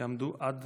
יעמדו עד